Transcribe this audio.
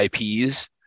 ips